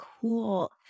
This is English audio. cool